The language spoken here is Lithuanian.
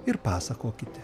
ir pasakokite